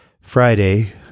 Friday